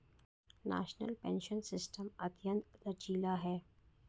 national pension system अत्यंत लचीला है